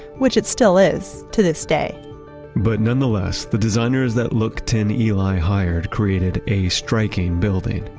which it still is to this day but nonetheless, the designers that look tin eli hired, created a striking building.